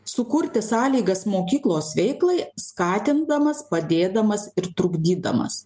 sukurti sąlygas mokyklos veiklai skatindamas padėdamas ir trukdydamas